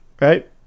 right